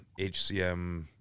HCM